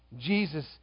Jesus